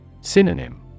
Synonym